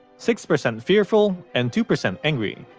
six percent fearful, and two percent angry.